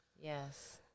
Yes